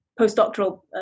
postdoctoral